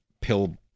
pill